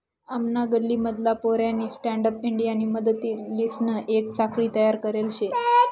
आमना गल्ली मधला पोऱ्यानी स्टँडअप इंडियानी मदतलीसन येक साखळी तयार करले शे